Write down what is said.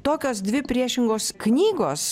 tokios dvi priešingos knygos